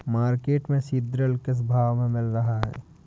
Market में सीद्रिल किस भाव में मिल रहा है?